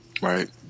right